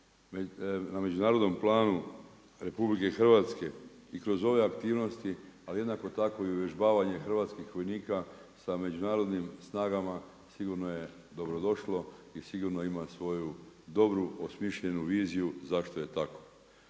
na međunarodnom planu RH i kroz ove aktivnosti, ali jednako tako i uvježbavanje hrvatskih vojnika sa međunarodnim snagama sigurno je dobro došlo i sigurno ima svoju dobru osmišljenu viziju zašto je tako.